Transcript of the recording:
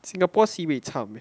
singapore sibei cham eh